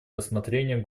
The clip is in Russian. рассмотрения